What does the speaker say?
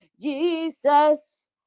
Jesus